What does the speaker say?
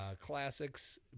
classics